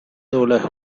doblaje